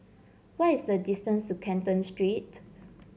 what is the distance to Canton Street